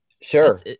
Sure